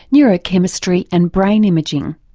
neurochemistry and brain imaging.